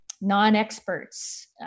non-experts